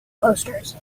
posters